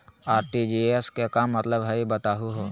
RTGS के का मतलब हई, बताहु हो?